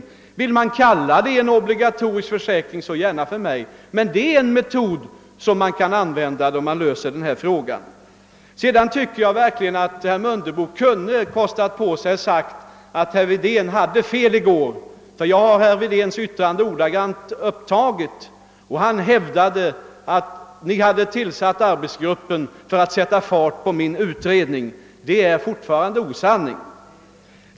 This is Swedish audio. Om man vill kalla det för en obligatorisk försäkring, så gärna för mig. Det är emellertid en metod som kan användas för att lösa problemen. Vidare tycker jag verkligen att herr Mundebo kunde ha kostat på sig att säga att herr Wedén hade fel i går. Jag har herr Wedéns yttrande ordagrant upptaget. Han hävdade att arbetsgruppen tillsatts för att sätta fart på min utredning — och det är osanning!